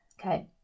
Okay